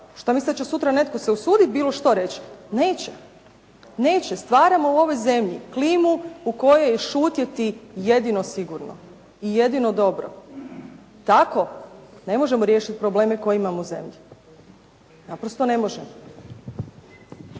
Što mislite da će sutra netko se usuditi bilo što reći? Neće. Neće. Stvaramo u ovoj zemlji klimu u kojoj je šutjeti jedino sigurno i jedino dobro. Tako ne možemo riješiti probleme koje imamo u zemlji, naprosto ne možemo.